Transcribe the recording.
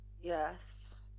Yes